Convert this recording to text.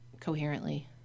coherently